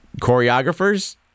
Choreographers